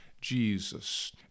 Jesus